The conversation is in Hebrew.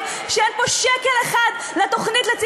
אין בו שקל אחד לצפון.